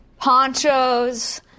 ponchos